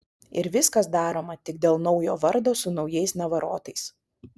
ir viskas daroma tik dėl naujo vardo su naujais navarotais